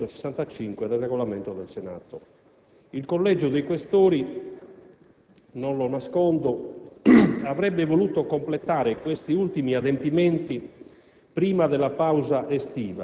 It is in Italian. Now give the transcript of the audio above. come previsto dall'articolo 165 del Regolamento del Senato. Il Collegio dei Questori, non lo nascondo, avrebbe voluto completare questi ultimi adempimenti